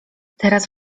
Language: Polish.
teraz